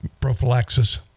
prophylaxis